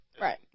Right